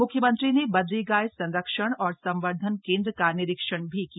म्ख्यमंत्री ने बद्रीगाय संरक्षण एवं संवर्धन केंद्र का निरीक्षण भी किया